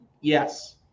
yes